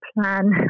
plan